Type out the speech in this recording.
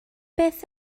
beth